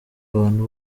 abantu